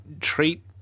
treat